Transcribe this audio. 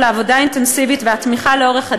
העבודה האינטנסיבית והתמיכה לאורך הדרך,